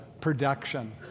production